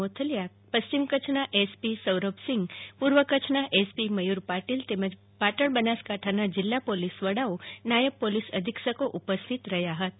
મોથલિયા પશ્ચિમ કચ્છના એસપી સૌરભસિંઘ પૂર્વ કચ્છના એસપી મયૂર પાટીલ તેમજ પાટણ બનાસકાંઠાના જિલ્લા પોલીસ વડાઓ નાયબ પોલીસ અધિક્ષકો ઉપસ્થીત રહ્યા હતા